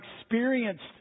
experienced